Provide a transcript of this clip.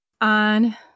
on